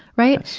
right.